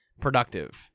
productive